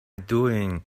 doing